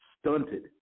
Stunted